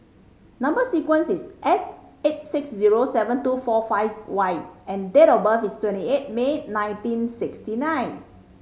number sequence is S eight six zero seven two four five Y and date of birth is twenty eight May nineteen sixty nine